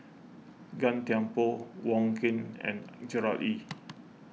Gan Thiam Poh Wong Keen and Gerard Ee